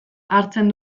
hartzen